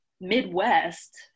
Midwest